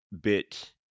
bit